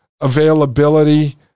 availability